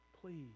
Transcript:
please